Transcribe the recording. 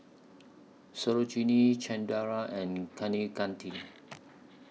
Sarojini Chengara and Kaneganti